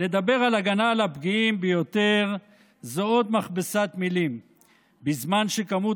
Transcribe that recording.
לדבר על הגנה על הפגיעים ביותר זו עוד מכבסת מילים בזמן שכמות